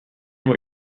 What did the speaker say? that